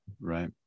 Right